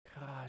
god